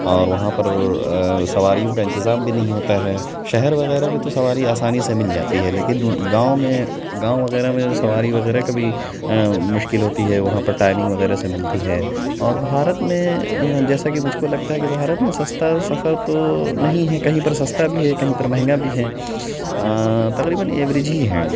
اور وہاں پر سواریوں کا انتظام بھی نہیں ہوتا ہے شہر وغیرہ میں تو سواری آسانی سے مل جاتی ہے لیکن گاؤں میں گاؤں وغیرہ میں سواری وغیرہ کبھی مشکل ہوتی ہے وہاں پر ٹائمنگ وغیرہ سے ملتی ہے اور بھارت میں جیسا کہ مجھ کو لگتا ہے بھارت میں سستا سفر تو نہیں ہے کہیں پر سستا بھی ہے کہیں پر مہنگا بھی ہے تقریباً ایوریج ہی ہیں